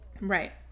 Right